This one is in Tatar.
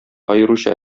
аеруча